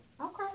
Okay